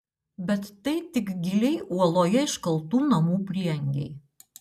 bet tai tik giliai uoloje iškaltų namų prieangiai